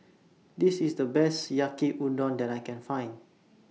This IS The Best Yaki Udon that I Can Find